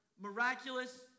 miraculous